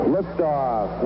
Liftoff